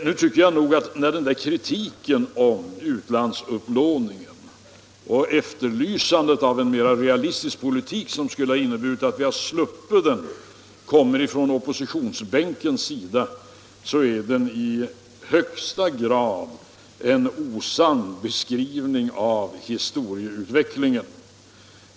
Nu tycker jag nog att kritiken av utlandsupplåningen och efterlysandet av en mera realistisk politik som skulle ha inneburit att vi sluppit denna upplåning, när den framförs av oppositionen, utgör en i högsta grad osann beskrivning av historieutvecklingen.